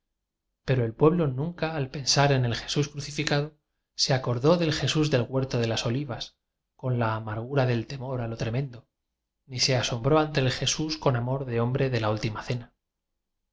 pero el pueblo nunca al pensar en el jesús crucificado se acordó del jesús del huerto de las olivas con la amar gura del temor a lo tremendo ni se asom bró ante el jesús con amor de hombre de la última cena